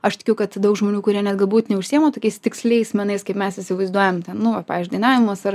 aš tikiu kad daug žmonių kurie net galbūt neužsiema tokiais tiksliais menais kaip mes įsivaizduojam ten nu vat pavyzdžiui dainavimas ar